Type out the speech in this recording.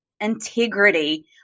integrity